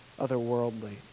otherworldly